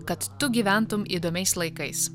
kad tu gyventum įdomiais laikais